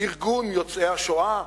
ארגון יוצאי השואה.